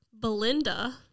Belinda